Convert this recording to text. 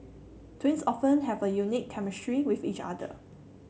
twins often have a unique chemistry with each other